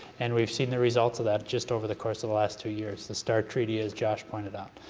and we've seen the results of that just over the course of the last two years, the start treaty as josh pointed out,